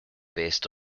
based